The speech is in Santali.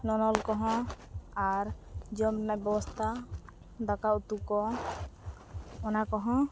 ᱱᱚᱱᱚᱞ ᱠᱚᱦᱚᱸ ᱟᱨ ᱡᱚᱢ ᱨᱮᱱᱟᱜ ᱵᱮᱵᱚᱥᱛᱷᱟ ᱫᱟᱠᱟᱼᱩᱛᱩ ᱠᱚ ᱚᱱᱟ ᱠᱚᱦᱚᱸ